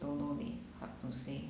don't know leh hard to say